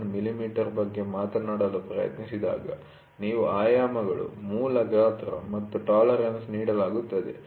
1 millimetre ಬಗ್ಗೆ ಮಾತನಾಡಲು ಪ್ರಯತ್ನಿಸಿದಾಗ ಇವು ಆಯಾಮಗಳು ಮೂಲ ಗಾತ್ರ ಮತ್ತು ಟಾಲರೆನ್ಸ್ ನೀಡಲಾಗುತ್ತದೆ